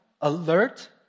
alert